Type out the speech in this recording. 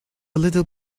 little